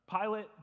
Pilate